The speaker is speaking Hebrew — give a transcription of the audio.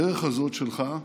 הדרך הזאת שלך,